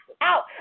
out